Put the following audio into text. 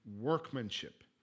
workmanship